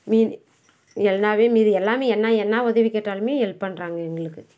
எல்லாமே மீதி எல்லாமே என்ன என்ன உதவி கேட்டாலுமே ஹெல்ப் பண்ணுறாங்க எங்களுக்கு